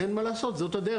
אין מה לעשות, זאת הדרך.